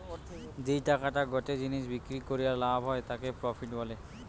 যেই টাকাটা গটে জিনিস বিক্রি করিয়া লাভ হয় তাকে প্রফিট বলে